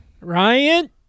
Ryan